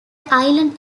island